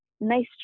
nice